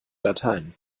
latein